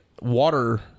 water